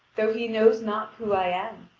though he knows not who i am,